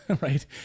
right